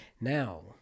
Now